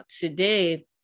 today